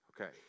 Okay